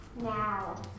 now